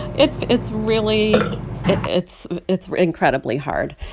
it's it's really it's it's incredibly hard.